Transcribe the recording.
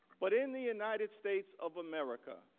but in the united states of america,